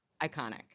Iconic